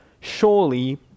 Surely